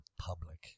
public